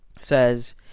says